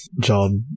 job